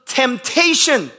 temptation